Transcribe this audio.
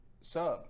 sub